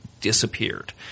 disappeared